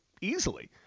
easily